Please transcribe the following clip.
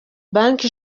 banki